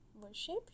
worship